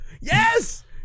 Yes